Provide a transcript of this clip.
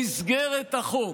במסגרת החוק,